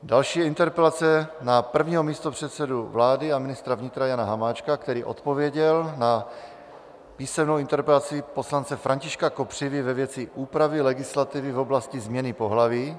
Další interpelace je na prvního místopředsedu vlády a ministra vnitra Jana Hamáčka, který odpověděl na písemnou interpelaci poslance Františka Kopřivy ve věci úpravy legislativy v oblasti změny pohlaví.